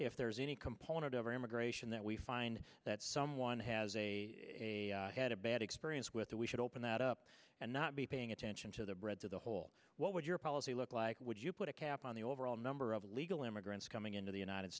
if there's any component over immigration that we find that someone has a had a bad experience with that we should open that up and not be paying attention to the breadth of the whole what would your policy look like would you put a cap on the overall number of illegal immigrants coming into the united